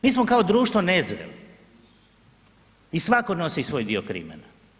Mi smo kao društvo nezreli i svatko nosi svoj dio krimena.